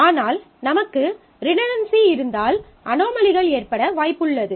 ஆனால் நமக்கு ரிடன்டன்சி இருந்தால் அனோமலிகள் ஏற்பட வாய்ப்புள்ளது